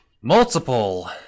multiple